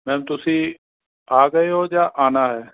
ma'am ਤੁਸੀਂ ਆ ਗਏ ਹੋ ਜਾਂ ਆਉਣਾ ਹੈ